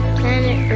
planet